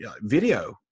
video